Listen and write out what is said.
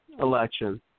election